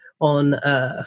on